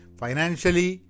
financially